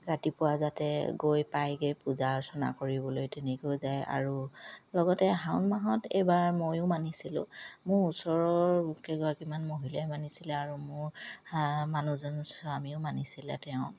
ৰাতিপুৱা যাতে গৈ পাইগে পূজা অৰ্চনা কৰিবলৈ তেনেকৈ যায় আৰু লগতে শাওণ মাহত এইবাৰ মইও মানিছিলোঁ মোৰ ওচৰৰ কেগৰাকীমান মহিলাই মানিছিলে আৰু মোৰ মানুহজন স্বামীও মানিছিলে তেওঁ